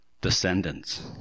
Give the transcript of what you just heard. descendants